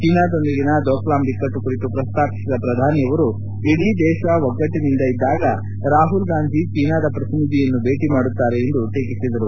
ಚೀನಾದೊಂದಿಗಿನ ಡೋಕ್ಲಾಂ ಬಿಕ್ಕಟ್ಟು ಕುರಿತು ಪ್ರಸ್ತಾಪಿಸಿದ ಪ್ರಧಾನಿ ನರೇಂದ್ರ ಮೋದಿ ಅವರು ಇಡೀ ದೇಶ ಒಗ್ಗಟ್ಟನಿಂದ ಇದ್ದಾಗ ರಾಹುಲ್ ಗಾಂಧಿ ಚೀನಾದ ಪ್ರತಿನಿಧಿಯನ್ನು ಭೇಟಿ ಮಾಡುತ್ತಾರೆ ಎಂದು ಟೀಕಿಸಿದರು